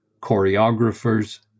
choreographers